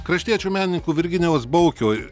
kraštiečių menininkų virginijaus baukio